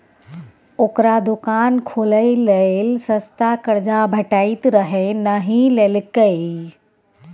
ओकरा दोकान खोलय लेल सस्ता कर्जा भेटैत रहय नहि लेलकै